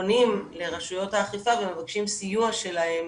פונים לרשויות האכיפה ומבקשים סיוע שלהם